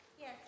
Yes